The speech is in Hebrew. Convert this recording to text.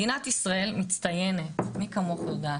מדינת ישראל מצטיינת, מי כמוך יודעת,